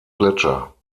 gletscher